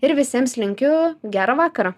ir visiems linkiu gero vakaro